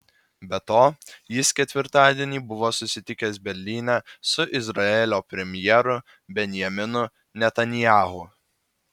be to jis ketvirtadienį buvo susitikęs berlyne su izraelio premjeru benjaminu netanyahu